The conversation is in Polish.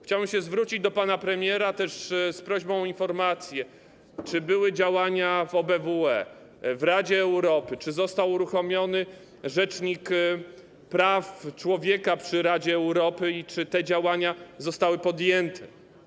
Chciałbym się zwrócić do pana premiera też z prośbą o informację, czy były działania w OBWE, w Radzie Europy, czy został uruchomiony rzecznik praw człowieka przy Radzie Europy i czy te działania zostały podjęte?